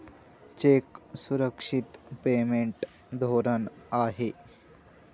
check सुरक्षित payment धोरण आहे